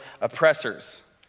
oppressors